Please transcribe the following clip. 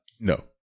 No